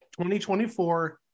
2024